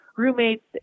roommates